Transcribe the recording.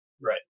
Right